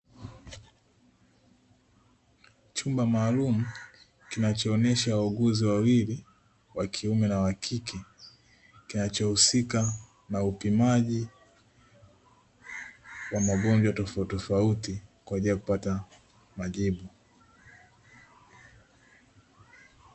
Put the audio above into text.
Chumba maalumu kinachoonesha wauguzi wawili wa kiume na wakike, kinacho husika na upimaji wa magonjwa tofautitofauti kwa ajili ya kupata majibu.